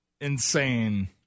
insane